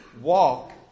walk